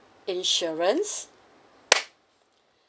insurance